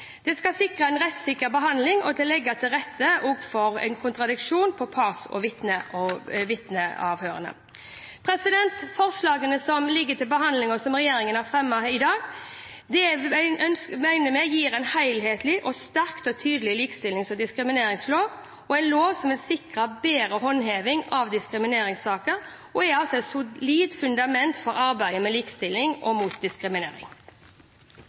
Det skal sikre en rettssikker behandling og legge til rette for en kontradiksjon for parts- og vitneavhørene. Forslagene som ligger til behandling, og som regjeringen har fremmet i dag, mener vi gir en helhetlig, sterk og tydelig likestillings- og diskrimineringslov og en lov som vil sikre bedre håndheving av diskrimineringssaker, og er et solid fundament for arbeidet for likestilling og mot diskriminering.